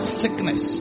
sickness